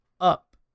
up